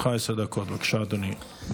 תקופות כהונה, תאגידים,